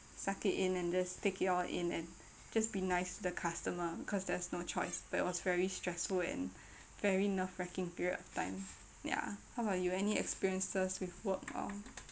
suck it in and just take it all in and just be nice to the customer because there's no choice but it was very stressful and very nerve wrecking period of time ya how about you any experiences with work or